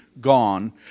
gone